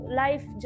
life